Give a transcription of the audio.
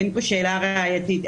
אין פה שאלה ראייתית.